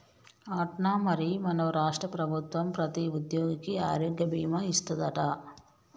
అట్నా మరి మన రాష్ట్ర ప్రభుత్వం ప్రతి ఉద్యోగికి ఆరోగ్య భీమా ఇస్తాదట